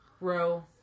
row